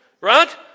right